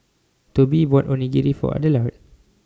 Tobi bought Onigiri For Adelard